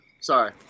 Sorry